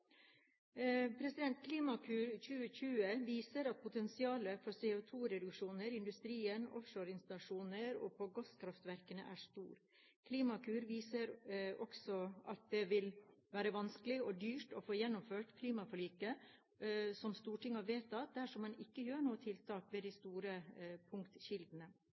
Klimakur 2020 viser at potensialet for CO2-reduksjoner i industrien, på offshoreinstallasjonene og på gasskraftverkene er stort. Klimakur viser også at det vil bli vanskelig og dyrt å gjennomføre det klimaforliket som Stortinget har vedtatt, dersom man ikke gjør noen tiltak ved de store